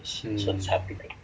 mm